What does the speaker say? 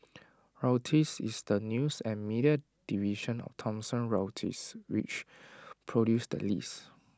Reuters is the news and media division of Thomson Reuters which produced the list